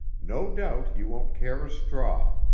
no doubt you won't care a straw,